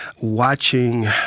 watching